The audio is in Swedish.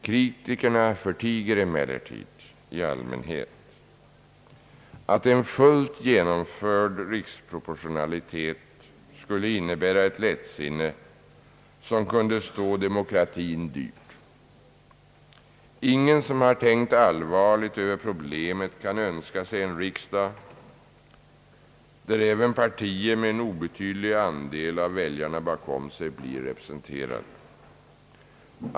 Kritikerna förtiger emellertid i allmänhet att en fullt genomförd riksproportionalitet skulle innebära ett lättsinne som kunde stå demokratin dyrt. Ingen som har tänkt allvarligt över problemet kan önska sig en riksdag där även partier med en obetydlig andel av väljarna bakom sig blir representerade.